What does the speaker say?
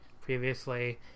previously